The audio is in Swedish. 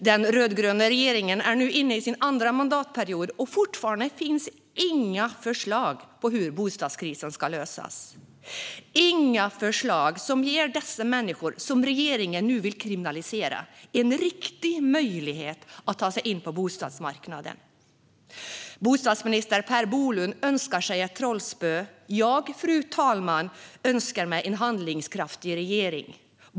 Den rödgröna regeringen är nu inne i sin andra mandatperiod, och fortfarande finns inga förslag på hur bostadskrisen ska lösas, inga förslag som ger de människor som regeringen nu vill kriminalisera en riktig möjlighet att ta sig in på bostadsmarknaden. Bostadsminister Per Bolund önskar sig ett trollspö. Jag, fru talman, önskar mig en handlingskraftig regering.